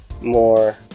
more